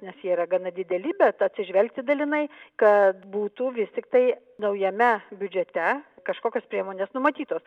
nes jie yra gana dideli bet atsižvelgti dalinai kad būtų vis tiktai naujame biudžete kažkokios priemonės numatytos